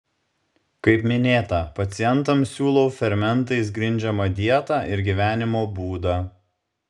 kaip minėta pacientams siūlau fermentais grindžiamą dietą ir gyvenimo būdą